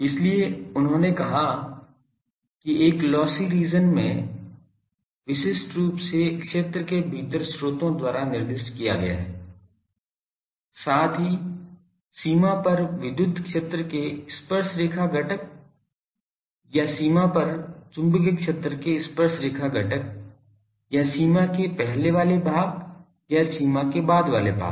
इसलिए उन्होंने कहा कि एक लोस्सी रीजन में क्षेत्र विशिष्ट रूप से क्षेत्र के भीतर स्रोतों द्वारा निर्दिष्ट किया गया है साथ ही सीमा पर विद्युत क्षेत्र के स्पर्शरेखा घटक या सीमा पर चुंबकीय क्षेत्र के स्पर्शरेखा घटक या सीमा के पहले वाले भाग या सीमा के बाद वाले भाग में